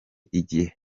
igihe